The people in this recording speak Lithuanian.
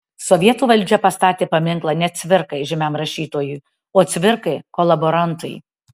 sovietų valdžia pastatė paminklą ne cvirkai žymiam rašytojui o cvirkai kolaborantui